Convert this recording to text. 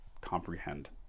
comprehend